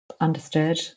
understood